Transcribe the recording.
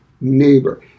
neighbor